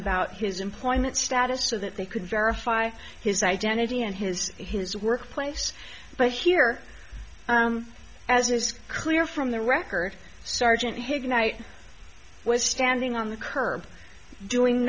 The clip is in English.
about his employment status so that they could verify his identity and his his workplace but here as is clear from the record sergeant his night was standing on the curb doing